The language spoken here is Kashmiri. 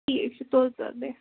ٹھیک چھُ تُل سا بیہہ